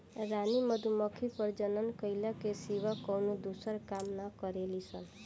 रानी मधुमक्खी प्रजनन कईला के सिवा कवनो दूसर काम ना करेली सन